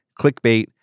clickbait